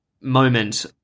moment